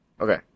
okay